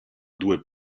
due